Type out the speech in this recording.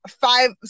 five